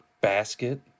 basket